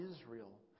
Israel